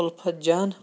اُلپَھت جان